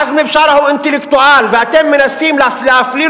עזמי בשארה הוא אינטלקטואל ואתם מנסים להפליל